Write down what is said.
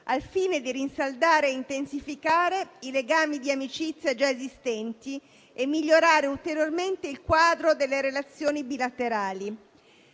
al fine di rinsaldare e intensificare i legami di amicizia già esistenti e migliorare ulteriormente il quadro delle relazioni bilaterali.